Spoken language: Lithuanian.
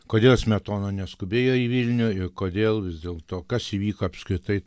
kodėl smetona neskubėjo į vilnių ir kodėl vis dėl to kas įvyko apskritai